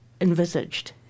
envisaged